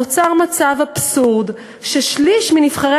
נוצר מצב אבסורדי שבו שליש מנבחרי